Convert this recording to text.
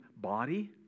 body